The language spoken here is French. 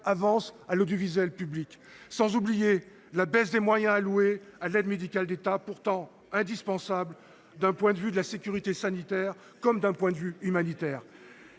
Avances à l’audiovisuel public », sans oublier la baisse des moyens alloués à l’aide médicale de l’État, pourtant indispensable du point de vue de la sécurité sanitaire comme d’un point de vue humanitaire.